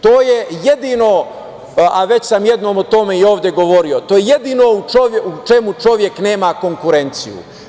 To je jedino, a već sam jednom o tome i ovde govorio, to je jedino u čemu čovek nema konkurenciju.